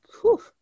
whew